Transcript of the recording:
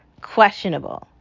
questionable